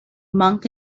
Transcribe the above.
monk